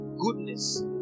goodness